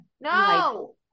no